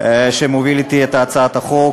שמוביל אתי את הצעת החוק,